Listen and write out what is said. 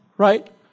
Right